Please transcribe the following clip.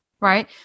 right